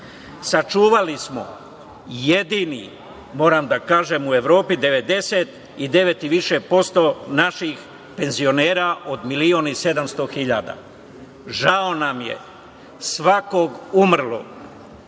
Sačuvali smo jedini, moram da kažem, u Evropi 99 i više posto naših penzionera od 1.700.000. Žao nam je svakog umrlog,